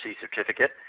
certificate